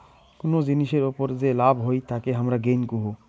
কুনো জিনিসের ওপর যেই লাভ হই তাকে হামারা গেইন কুহু